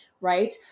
right